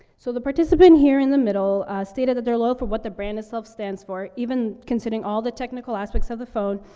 so the participant here in the middle, ah, stated that they're loyal for what the brand itself stands for, even considering all the technical aspects of the phone,